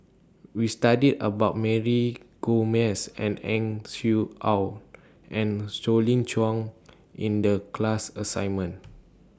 We studied about Mary Gomes and Ang Swee Aun and Colin Cheong in The class assignment